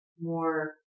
more